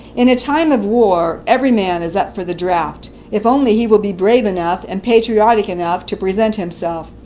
in a time of war every man is up for the draft, if only he will be brave enough and patriotic enough to present himself.